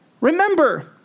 Remember